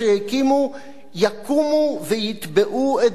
יקומו ויתבעו את זכותם עליה.